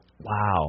Wow